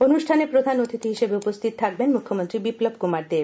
অনুষ্ঠানে প্রধান অতিথি হিসাবে উপস্হিত থাকবেন মুখ্যমন্ত্রী বিপ্লব কুমার দেব